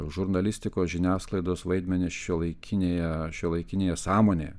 žurnalistikos žiniasklaidos vaidmenį šiuolaikinėje šiuolaikinėje sąmonėje